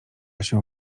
się